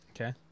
Okay